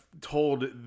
told